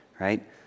right